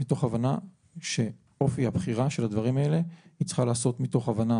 מתוך הבנה שאופי הבחירה של הדברים האלה היא צריכה להיעשות מתוך הבנה